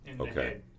Okay